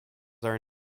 are